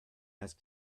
ask